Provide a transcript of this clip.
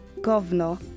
governor